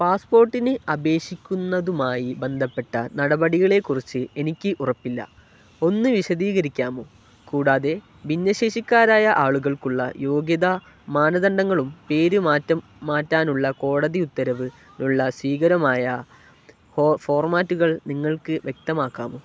പാസ്പോര്ട്ടിന് അപേക്ഷിക്കുന്നതുമായി ബന്ധപ്പെട്ട നടപടികളെക്കുറിച്ച് എനിക്ക് ഉറപ്പില്ല ഒന്നു വിശദീകരിക്കാമോ കൂടാതെ ഭിന്നശേഷിക്കാരായ ആളുകൾക്കുള്ള യോഗ്യതാ മാനദണ്ഡങ്ങളും പേരു മാറ്റാനുള്ള കോടതി ഉത്തരവിനുള്ള സ്വീകാര്യമായ ഫോർമാറ്റുകൾ നിങ്ങൾക്കു വ്യക്തമാക്കാമോ